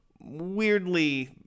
weirdly